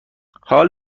حال